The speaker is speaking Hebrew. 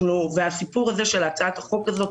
ישראל - והסיפור הזה של הצעת החוק הזאת,